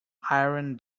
iron